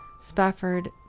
Spafford